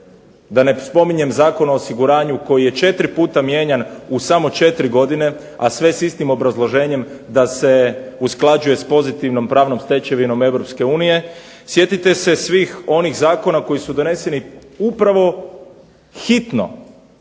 da ne spominjem Zakon o osiguranju koji je četiri puta mijenjan u 4 godine, a sve s istim obrazloženjem da se usklađuje s pozitivnom pravnom stečevinom Europske unije, sjetite se svih zakona koji su doneseni hitno,